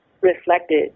reflected